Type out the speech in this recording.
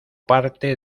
parte